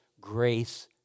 grace